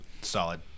Solid